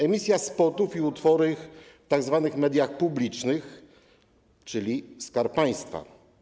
Emisja spotów i utworów w tzw. mediach publicznych, czyli Skarb Państwa.